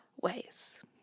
ways